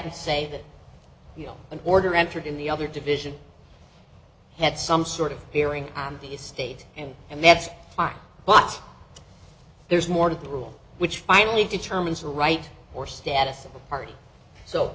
and say that you know an order entered in the other division had some sort of hearing on the state and and that's fine but there's more to the rule which finally determines the right or status part so